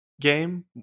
game